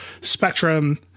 Spectrum